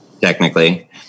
Technically